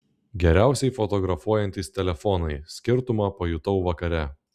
geriausiai fotografuojantys telefonai skirtumą pajutau vakare